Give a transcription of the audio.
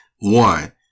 one